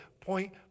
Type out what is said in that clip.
point